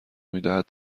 میدهد